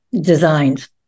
designed